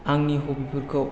आंनि हबिफोरखौ